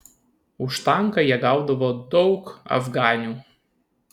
už tanką jie gaudavo daug afganių